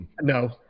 No